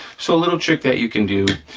so a little trick that you can do,